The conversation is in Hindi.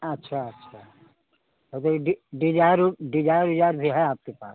अच्छा अच्छा और कोई डिजायर वह डिजायर उजायर भी है आपके पास